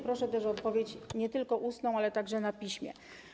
Proszę o odpowiedź nie tylko ustną, ale także na piśmie.